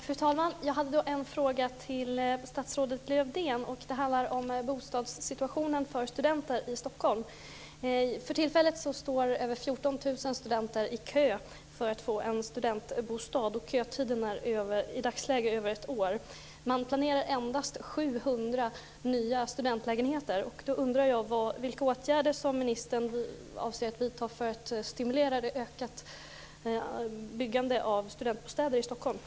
Fru talman! Jag hade en fråga till statsrådet Lövdén. Det handlar om bostadssituationen för studenter i För tillfället står över 14 000 studenter i kö för att få en studentbostad, och kötiden är i dagsläget över ett år. Man planerar endast 700 nya studentlägenheter. Jag undrar vilka åtgärder som ministern avser att vidta för att stimulera byggandet av studentbostäder i